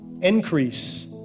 Increase